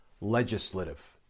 legislative